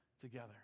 together